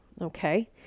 Okay